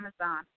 Amazon